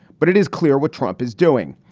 but it is clear what trump is doing.